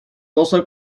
also